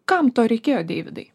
kam to reikėjo deividai